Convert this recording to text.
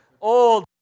old